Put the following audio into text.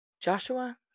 Joshua